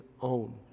own